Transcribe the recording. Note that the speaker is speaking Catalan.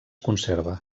conserva